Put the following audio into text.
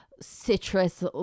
citrus